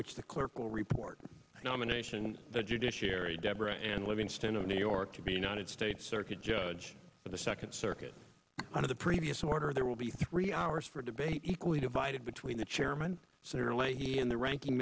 which the clerk will report nomination the judiciary deborah and livingston of new york to be united states circuit judge for the second circuit under the previous order there will be three hours for debate equally divided between the chairman senator leahy and the ranking